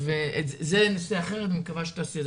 זה לנושא אחר ואני מקווה שתעשי את זה.